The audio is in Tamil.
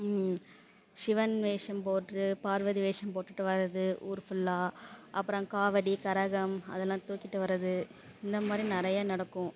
சிவன் வேஷம் போட்டு பார்வதி வேஷம் போட்டுகிட்டு வரது ஊரு ஃபுல்லாக அப்புறம் காவடி கரகம் அதெல்லாம் தூக்கிகிட்டு வரது இந்த மாதிரி நிறைய நடக்கும்